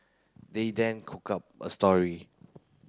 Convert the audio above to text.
they then cooked up a story